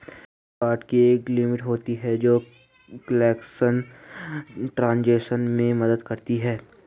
credit card की एक limit होती है जो कैशलेस ट्रांज़ैक्शन में मदद करती है